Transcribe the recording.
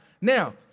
Now